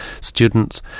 students